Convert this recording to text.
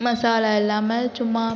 மசாலா இல்லாமல் சும்மா